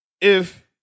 if-